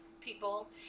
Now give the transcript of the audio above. people